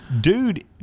Dude